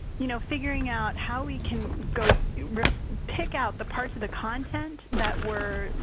you know, figuring out how we can go pick out the parts of the content that were,